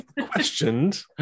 questioned